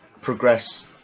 progress